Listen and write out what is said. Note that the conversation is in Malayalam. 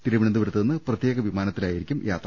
തിരുവനന്തപുരത്തുനിന്ന് പ്രത്യേക വിമാനത്തിലായിരിക്കും യാത്ര